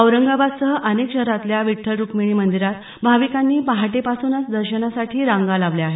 औरंगाबादसह अनेक शहरातल्या विठ्ठल रुख्मिणी मंदिरात भाविकांनी पहाटेपासूनच दर्शनासाठी रांगा लावल्या आहेत